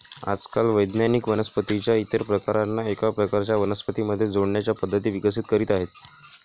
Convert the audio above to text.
आजकाल वैज्ञानिक वनस्पतीं च्या इतर प्रकारांना एका प्रकारच्या वनस्पतीं मध्ये जोडण्याच्या पद्धती विकसित करीत आहेत